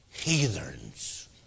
heathens